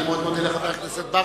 אני מאוד מודה לחבר הכנסת ברכה.